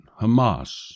Hamas